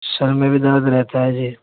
سر میں بھی درد رہتا ہے جی